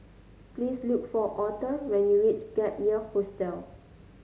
please look for Aurthur when you reach Gap Year Hostel